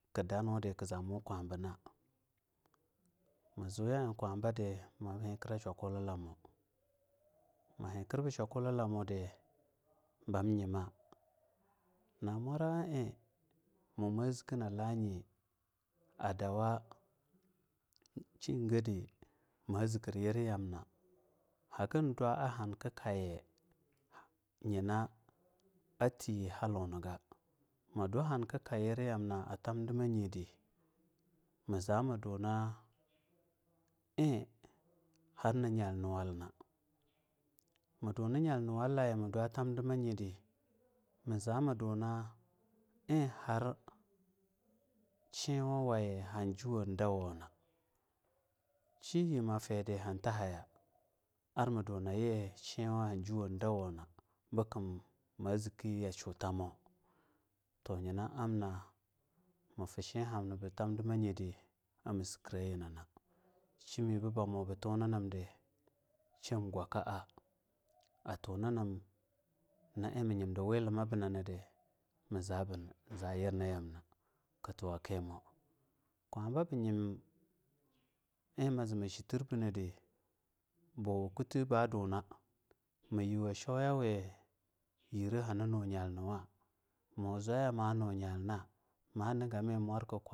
Kada nau de kazoumu kwa bena mazu yaiee kwabadi ma hikira shakulamwo ma hikirba shakulan lamudi bam nyima, na mwora iee ma zikina lanyi adawa shi gadi haga dwa a hanki kayi yina tiyi haluniga ma du hankukamna tam dimayidi ma duna iee har na nyal nuwalna ma duni ywal nuwala a tamdima nyidi ma za ma duna iee shiwuwa yi har injir dawona shoye mufir, han tahaya ar ma duna nyi shiwa han juwadawona bekum ma ziki yashu tamiyina amna mafu shihamna bu tamdimayidi ar ma sika nyina shim gwaka a atunimimdi naima nyimdi wulama bunana ar ma zee yirnayamo ka towa kimo, kwaba bu zee bu nyimim imu zi mu shi tirbinidi bubi tee ba duna ma yiwo shoyiwi haninu yalniwa, mu zwaya manu nyalna? maniga mi marko.